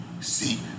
see